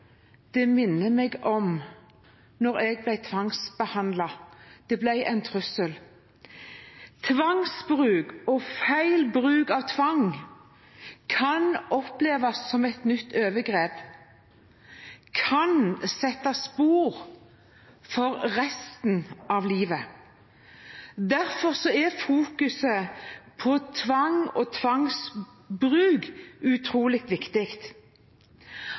det minner meg om da jeg ble tvangsbehandlet. Det ble en trussel. Tvangsbruk og feil bruk av tvang kan oppleves som et nytt overgrep og kan sette spor for resten av livet. Derfor er det utrolig viktig å fokusere på tvang og tvangsbruk.